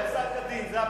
מילוי פסק-הדין, זה הפתרון.